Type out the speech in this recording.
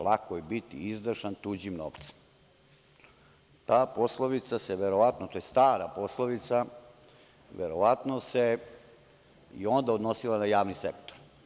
Lako je biti izdašan tuđim novcem, ta poslovica se verovatno, to je stara poslovica, i onda odnosila na javni sektor.